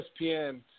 ESPN